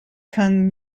kung